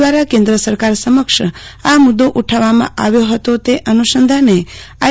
દ્વારા કેન્દ્ર સરકાર સમક્ષ આ મુદ્દો ઉઠાવવામાં આવ્યો હતો તે અનુ સંધાને આઇ